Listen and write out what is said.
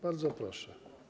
Bardzo proszę.